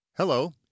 Hello